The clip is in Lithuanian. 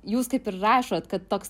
jūs kaip ir rašot kad toks